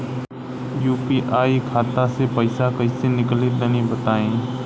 UPI खाता से पइसा कइसे निकली तनि बताई?